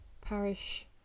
parish